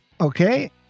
Okay